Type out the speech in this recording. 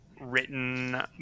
written